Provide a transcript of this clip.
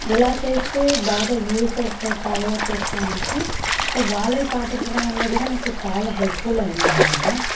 ఎలా చేస్తే బాగా వ్యూస్ వస్తాయి ఫాలోవర్స్ వస్తాయి అనేసి సో వాళ్ళది పాటించడం వల్ల కూడా నాకు చాలా హెల్ప్ఫుల్ అయిందన్నమాట